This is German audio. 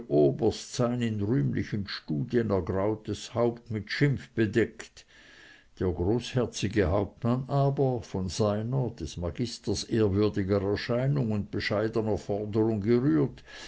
oberst sein in rühmlichen studien ergrautes haupt mit schimpf bedeckt er großherzige hauptmann aber von seiner des magisters ehrwürdiger erscheinung und bescheidener forderung gerührt